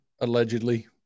allegedly